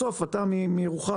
בסוף ירוחם,